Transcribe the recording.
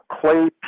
Clay